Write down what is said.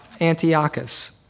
Antiochus